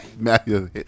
Matthew